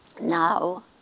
now